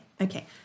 Okay